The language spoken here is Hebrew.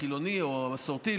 החילוני או המסורתי,